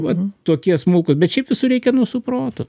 vat tokie smulkūs bet šiaip visur reikia nu su protu